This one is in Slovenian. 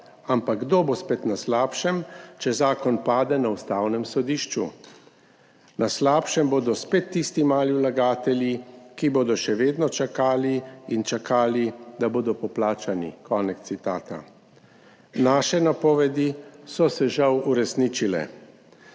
Ampak kdo bo spet na slabšem, če zakon pade na Ustavnem sodišču? Na slabšem bodo spet tisti mali vlagatelji, ki bodo še vedno čakali in čakali, da bodo poplačani.« Konec citata. Naše napovedi so se žal uresničile.